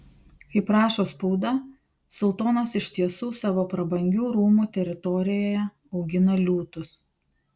kaip rašo spauda sultonas iš tiesų savo prabangių rūmų teritorijoje augina liūtus